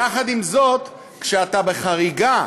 ויחד עם זאת, כשאתה בחריגה,